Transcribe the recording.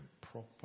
proper